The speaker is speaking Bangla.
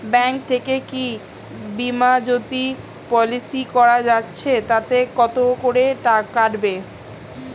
ব্যাঙ্ক থেকে কী বিমাজোতি পলিসি করা যাচ্ছে তাতে কত করে কাটবে?